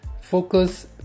focus